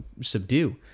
subdue